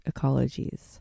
Ecologies